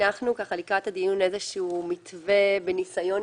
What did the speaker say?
הנחנו לקראת הדיון איזשהו מתווה בניסיון